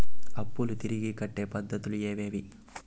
అప్పులు తిరిగి కట్టే పద్ధతులు ఏవేవి